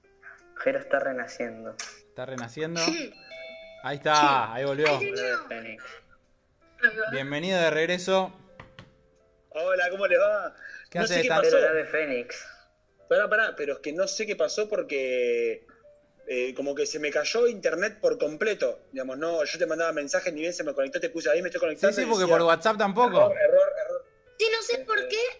Jero está renaciendo. Está renaciendo. Sí. Ahí Sí. está, ahí Ay, volvió. genio. Hola, Fénix. Ahí va. Bienvenido de regreso. Hola, ¿cómo le va? ¿Qué No sé haces qué tan- pasó. Pero la de Fénix. Pará, pará, pero es que no sé qué pasó porque, eh, como que se me cayó internet por completo. Digamos, no, yo te mandaba mensajes, ni bien se me conectó, te puse ahí, me estoy Sí, conectando, sí, y porque decía, por WhatsApp tampoco. error, error, error. Sí, no sé por Este, qué,